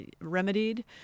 remedied